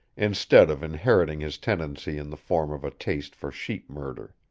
instead of inheriting his tendency in the form of a taste for sheep murder.